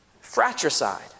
fratricide